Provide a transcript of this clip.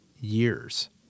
years